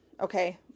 Okay